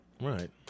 right